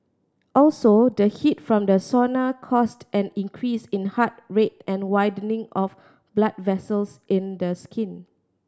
also the heat from the sauna caused an increase in heart rate and widening of blood vessels in the skin